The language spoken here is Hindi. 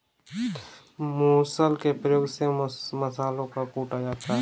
मुसल के प्रयोग से मसालों को कूटा जाता है